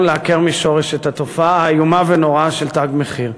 לעקר משורש את התופעה האיומה ונוראה של "תג מחיר".